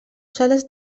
sales